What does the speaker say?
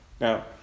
Now